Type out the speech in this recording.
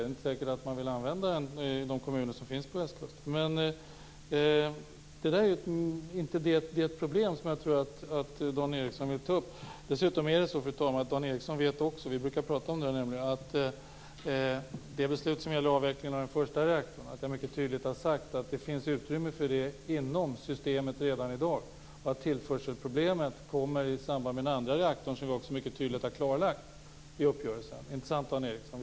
Det är inte säkert att man vill använda den i de kommuner som finns på Västkusten. Det är inte det problem som jag tror att Dan Ericsson vill ta upp. Dessutom vet också Dan Ericsson - vi brukar tala om det nämligen - att jag om det beslut som gäller avvecklingen av den första reaktorn mycket tydligt har sagt att det redan i dag finns utrymme för det inom systemet och att tillförselproblemet kommer i samband med andra reaktorn, vilket vi mycket tydligt har klarlagt i uppgörelsen. Inte sant, Dan Ericsson?